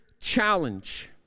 challenge